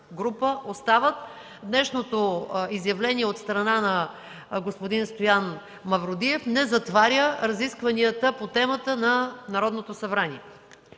група остават. Днешното изявление от страна на господин Стоян Мавродиев не затваря разискванията по темата на Народното събрание.